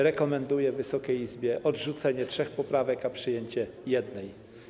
Rekomenduję Wysokiej Izbie odrzucenie trzech poprawek, a przyjęcie jednej.